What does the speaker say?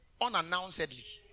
Unannouncedly